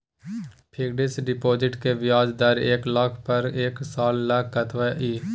Fixed deposit के ब्याज दर एक लाख पर एक साल ल कतबा इ?